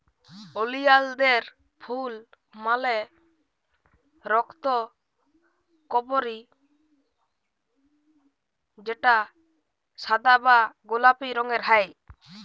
ওলিয়ালদের ফুল মালে রক্তকরবী যেটা সাদা বা গোলাপি রঙের হ্যয়